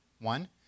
one